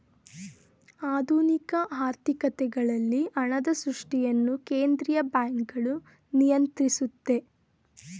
ಆಧುನಿಕ ಆರ್ಥಿಕತೆಗಳಲ್ಲಿ ಹಣದ ಸೃಷ್ಟಿಯನ್ನು ಕೇಂದ್ರೀಯ ಬ್ಯಾಂಕ್ಗಳು ನಿಯಂತ್ರಿಸುತ್ತೆ